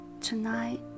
Tonight